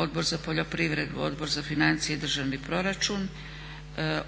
Odbor za poljoprivredu, Odbor za financije i državni proračun,